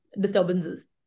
disturbances